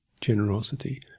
generosity